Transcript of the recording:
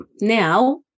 now